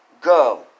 go